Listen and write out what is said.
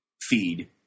feed